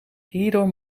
hierdoor